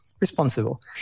responsible